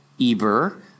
Eber